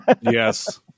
Yes